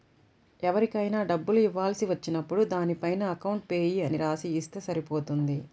ఎవరికైనా డబ్బులు ఇవ్వాల్సి వచ్చినప్పుడు దానిపైన అకౌంట్ పేయీ అని రాసి ఇస్తే సరిపోతుంది